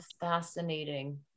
fascinating